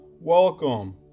welcome